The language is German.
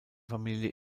familie